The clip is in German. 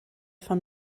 von